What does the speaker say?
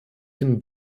den